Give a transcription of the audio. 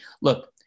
look